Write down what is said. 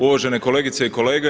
uvažene kolegice i kolege.